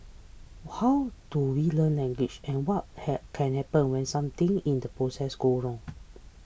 how do we learn language and what ha can happen when something in the process goes wrong